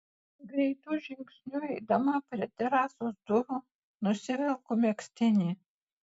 greitu žingsniu eidama prie terasos durų nusivelku megztinį